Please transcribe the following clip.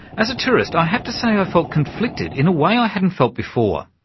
as a tourist i have to say i felt conflicted in a way i hadn't felt before.